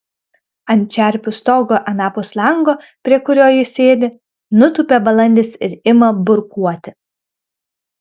ant čerpių stogo anapus lango prie kurio ji sėdi nutūpia balandis ir ima burkuoti